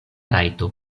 rajto